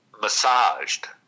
massaged